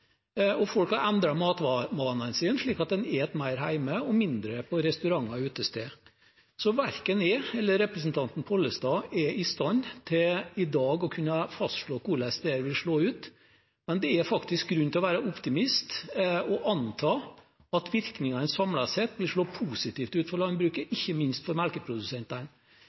og folk har endret matvanene sine, slik at de spiser mer hjemme og mindre på restauranter og utesteder. Så verken representanten Pollestad eller jeg er i dag i stand til å kunne fastslå hvordan det vil slå ut, men det er faktisk grunn til å være optimist og anta at virkningene samlet sett vil slå positivt ut for landbruket, ikke minst for melkeprodusentene.